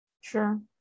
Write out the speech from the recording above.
Sure